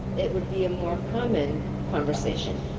it would be a more common conversation.